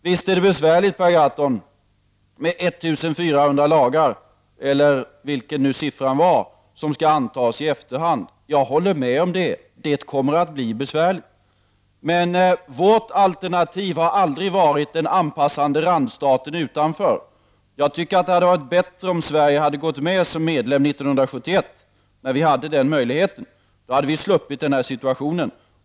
Visst är det besvärligt, Per Gahrton, att i efterhand anta 1 400 nya lagar; det håller jag med om. Men vårt alternativ har aldrig varit att Sverige skall vara en anpassande randstat utanför EG. Det hade varit bättre om Sverige hade blivit medlem 1971 när man hade den möjligheten. Då hade vi sluppit den här situationen.